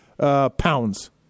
pounds